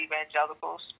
evangelicals